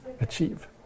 achieve